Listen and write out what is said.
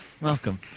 Welcome